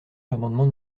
l’amendement